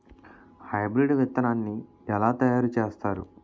Hybrid విత్తనాన్ని ఏలా తయారు చేస్తారు?